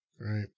right